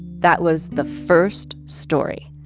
that was the first story.